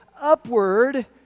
upward